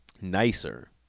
nicer